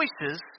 choices